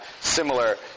similar